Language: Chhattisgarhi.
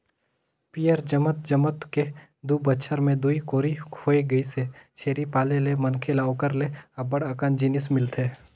पियंर जमत जमत के दू बच्छर में दूई कोरी होय गइसे, छेरी पाले ले मनखे ल ओखर ले अब्ब्ड़ अकन जिनिस मिलथे